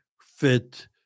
fit